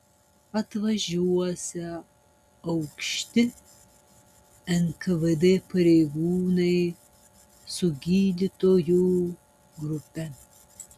atvažiuosią aukšti nkvd pareigūnai su gydytojų grupe